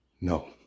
No